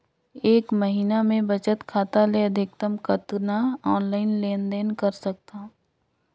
एक महीना मे बचत खाता ले अधिकतम कतना ऑनलाइन लेन देन कर सकत हव?